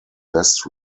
best